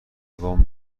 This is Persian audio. وام